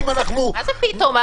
מה זה "פתאום"?